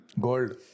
Gold